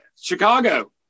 Chicago